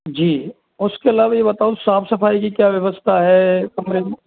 जी उसके अलावा ये बताओ साफ सफाई की क्या व्यवस्था है कमरे की